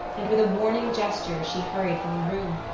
and with a warning gesture she hurried from the room,